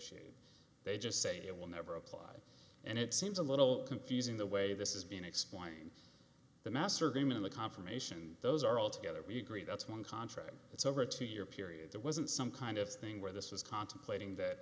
d they just say it will never apply and it seems a little confusing the way this is being explained the master game and the confirmation those are all together we agree that's one contract it's over a two year period that wasn't some kind of thing where this was contemplating that